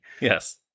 Yes